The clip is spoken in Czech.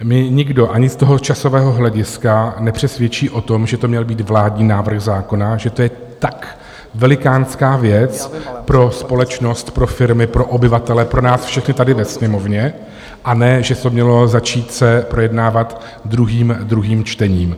Mě nikdo ani z toho časového hlediska nepřesvědčí o tom, že to měl být vládní návrh zákona, že to je tak velikánská věc pro společnost, pro firmy, pro obyvatele, pro nás všechny tady ve Sněmovně, a ne že se to mělo začít projednávat druhým čtením.